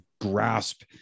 grasp